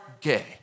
gay